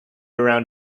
around